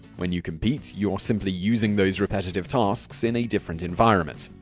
when you compete, you're simply using those repetitive tasks in a different environment.